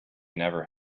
never